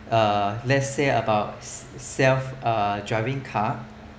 uh let's say about self uh driving car